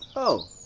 so oh,